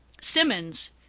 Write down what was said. Simmons